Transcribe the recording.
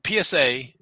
PSA